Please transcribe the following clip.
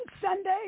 Sunday